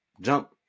jump